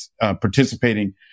participating